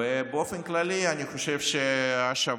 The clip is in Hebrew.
באופן כללי אני חושב שהשבוע,